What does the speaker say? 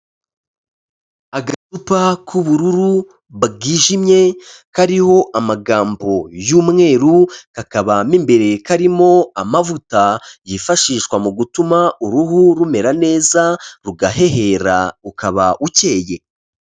Agacupa k'ubururu bwijimye kariho amagambo y'umweru, kakaba mo imbere karimo amavuta yifashishwa mu gutuma uruhu rumera neza rugahehera ukaba ukeye.